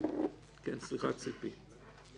כפי שאמרת,